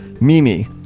Mimi